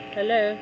Hello